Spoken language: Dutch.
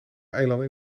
eilanden